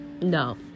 No